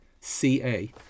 C-A